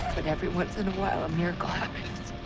but every once in a while, a miracle happens.